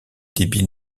débit